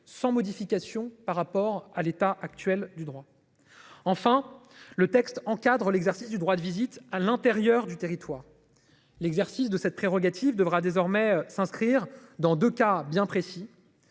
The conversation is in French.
sans modification par rapport à l'état actuel du droit. Enfin le texte encadre l'exercice du droit de visite à l'intérieur du territoire. L'exercice de cette prérogative devra désormais s'inscrire dans deux cas bien précis.